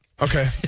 Okay